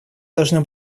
должна